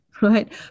right